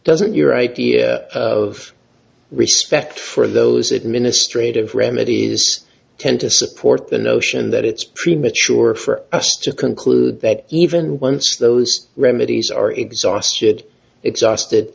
doesn't your idea of respect for those administrative remedies tend to support the notion that it's premature for us to conclude that even once those remedies are exhausted exhausted